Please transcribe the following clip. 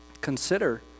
Consider